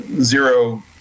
zero